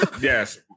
Yes